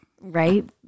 Right